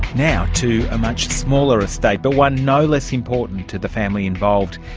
now to a much smaller estate, but one no less important to the family involved.